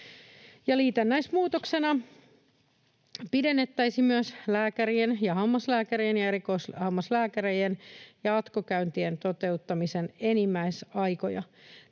Liitännäismuutoksena pidennettäisiin myös lääkärien ja hammaslääkärien ja erikoishammaslääkärien jatkokäyntien toteutumisen enimmäisaikoja.